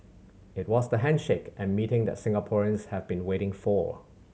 it was the handshake and meeting that Singaporeans have been waiting for